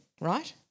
right